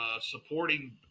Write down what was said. supporting